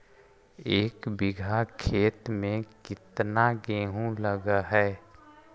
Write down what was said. एक बिघा खेत में केतना गेहूं लग है?